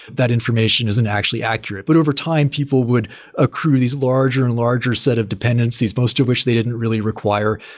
that information isn't actually accurate. but over time, people would accrue these larger and larger set of dependencies, most of which they didn't really require.